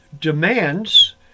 demands